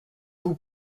vous